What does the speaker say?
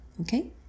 okay